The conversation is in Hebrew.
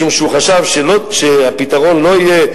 משום שהוא חשב שהפתרון לא יהיה,